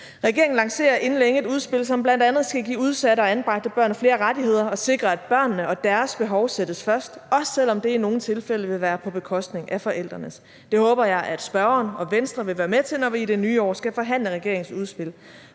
Regeringen lancerer inden længe et udspil, som bl.a. skal give udsatte og anbragte børn flere rettigheder og sikre, at børnene og deres behov sættes først, også selv om det i nogle tilfælde vil være på bekostning af forældrenes. Det håber jeg at spørgeren og Venstre være med til, når vi i det nye år skal forhandle regeringens udspil,